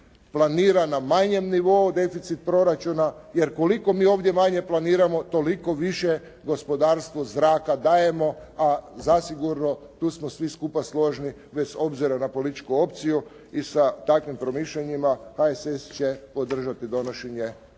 planira na manjem nivou, deficit proračuna, jer koliko mi ovdje manje planiramo, toliko više gospodarstvo zraka dajemo, a zasigurno tu smo svi skupa složni, bez obzira na političku opciju i sa takvim promišljanjima, HSS će podržati donošenje